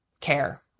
care